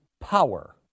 power